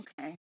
okay